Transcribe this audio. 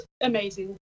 amazing